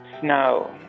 snow